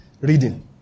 Reading